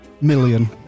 million